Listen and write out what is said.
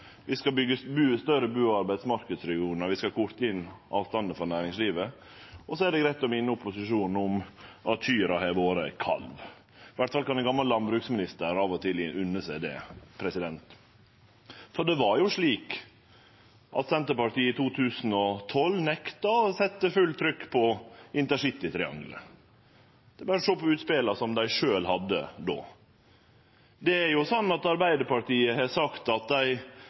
vi skal fortsetje med å byggje landet, vi skal byggje større bu- og arbeidsmarknadsregionar, vi skal korte inn avstandar for næringslivet. Og så er det greitt å minne opposisjonen om at kua har vore kalv – i alle fall kan ein gamal landbruksminister av og til unne seg det – for det var jo slik at Senterpartiet i 2012 nekta å setje fullt trykk på intercitytriangelet. Det er berre å sjå på utspela dei då hadde.